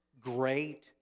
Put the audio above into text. Great